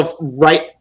right